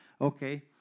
Okay